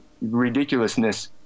ridiculousness